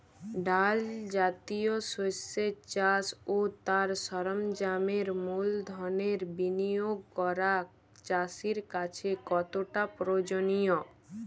ডাল জাতীয় শস্যের চাষ ও তার সরঞ্জামের মূলধনের বিনিয়োগ করা চাষীর কাছে কতটা প্রয়োজনীয়?